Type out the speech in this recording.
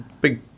big